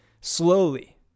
slowly